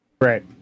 Right